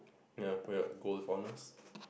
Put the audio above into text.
ya we got gold with honours